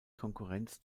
konkurrenz